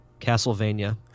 Castlevania